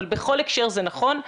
אבל בכל הקשר זה נכון,